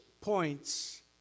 points